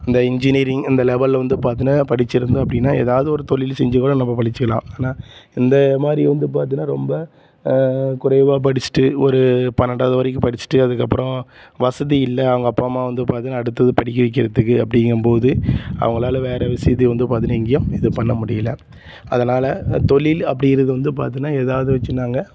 இந்த இன்ஜினியரிங் இந்த லெவல் வந்து பார்த்தீன்னா படித்திருந்தோம் அப்படின்னா ஏதாவது ஒரு தொழில் செஞ்சு கூட நம்ம பொழச்சிக்கலாம் ஆனால் இந்த மாதிரி வந்து பார்த்தீன்னா ரொம்ப குறைவாக படித்துட்டு ஒரு பன்னெண்டாவது வரைக்கும் படித்துட்டு அதுக்கப்புறம் வசதி இல்லை அவங்க அம்மா அப்பா வந்து பார்த்தீன்னா அடுத்ததை படிக்க வக்கிறதுக்கு அப்படிங்கம் போது அவங்களால வேறு விஷயத்த வந்து பார்த்தீன்னா எங்கேயும் இது பண்ண முடியலை அதனால் தொழில் அப்படிங்கிறது வந்து பார்த்தீன்னா ஏதாவது வச்சு நாங்கள்